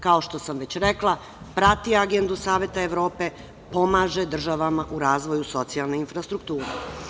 Kao što sam već rekla, prati agendu Saveta Evrope, pomaže državama u razvoju socijalne infrastrukture.